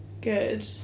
good